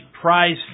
prize